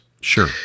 Sure